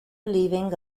leaving